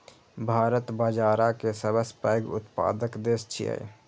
भारत बाजारा के सबसं पैघ उत्पादक देश छियै